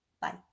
Bye